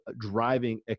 driving